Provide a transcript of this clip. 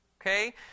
okay